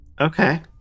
Okay